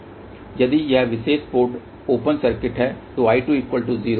यदि यह विशेष पोर्ट ओपन सर्किट है तो I20